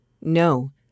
No